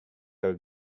are